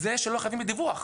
אלה שלא חייבים בדיווח.